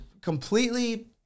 completely